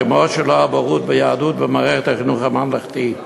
כמו שלא הבורות ביהדות במערכת החינוך הממלכתי,